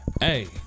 Hey